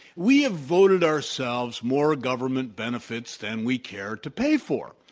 we have voted ourselves more government benefits than we care to pay for.